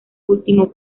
último